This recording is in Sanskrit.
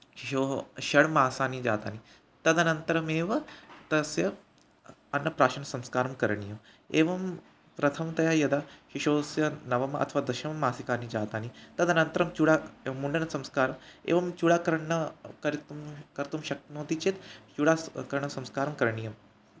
शिशोः षड्मासानि जातानि तदनन्तरमेव तस्य अ अन्नप्राशनसंस्कारः करणीयः एवं प्रथमतया यदा शिशोः स्य नवमः अथवा दशममासिकानि जातानि तदनन्तरं चूडा एवं मुण्डनसंस्कारः एवं चूडाकरणं कर्तुं कर्तुं शक्नोति चेत् चूडा स् करणसंस्कारः करणीयः